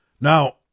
Now